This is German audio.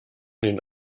den